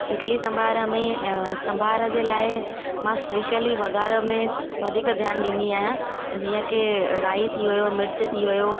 इडली सांभर में सांभर जे लाइ मां स्पेशली वघार में वधीक ध्यानु ॾींदी आहियां जीअं की राई थी वियो मिर्च थी वियो